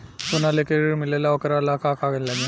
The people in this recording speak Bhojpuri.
सोना लेके ऋण मिलेला वोकरा ला का कागज लागी?